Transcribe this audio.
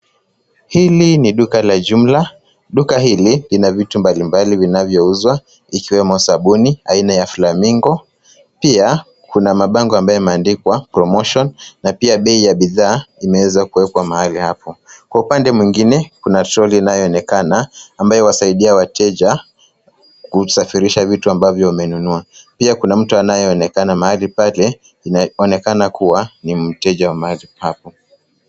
Hili ni duka la jumla. Duka hili lina vitu mbalimbali vinavyouzwa ikiwemo sabuni aina ya Flamingo. Pia kuna mabango ambayo yameandikwa promotion na pia bei ya bidhaa imeweza kuwekwa hapo. Kwa upande mwingine kuna troli inayoonekana ambayo huwasaidai wateja kusafirisha vitu ambavyo wamenunua. Pia kuna mtu anayeonekana mahali pale inaonekana kuwa ni mteja wa mahali hapo.